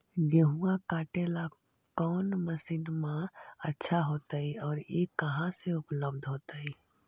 गेहुआ काटेला कौन मशीनमा अच्छा होतई और ई कहा से उपल्ब्ध होतई?